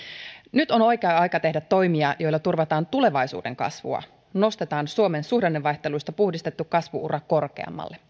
nyt on oikea aika tehdä toimia joilla turvataan tulevaisuuden kasvua nostetaan suomen suhdannevaihteluista puhdistettu kasvu ura korkeammalle